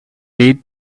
date